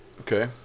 Okay